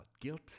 guilt